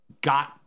got